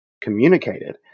communicated